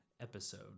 episode